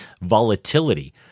volatility